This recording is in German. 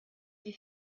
wie